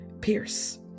pierce